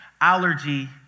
allergy